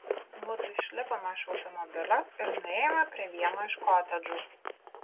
mudu išlipome iš automobilio ir nuėjome prie vieno iš kotedžų